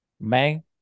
Man